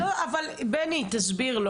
חבר הכנסת בגין, תסביר לו.